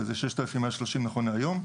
שזה 6,130 נכון להיום,